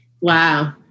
Wow